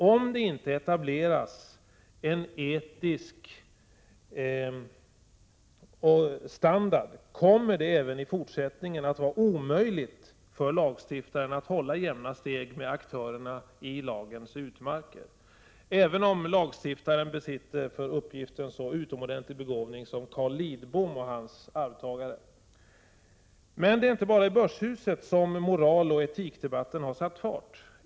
Om det inte etableras en etisk standard, kommer det även i fortsättningen att vara omöjligt för lagstiftaren att hålla jämna steg med aktörerna i lagens utmarker, även om lagstiftaren besitter för uppgiften så utomordentlig begåvning som Carl Lidbom och hans arvtagare. Men det är inte bara i börshuset som moraloch etikdebatten har satt fart.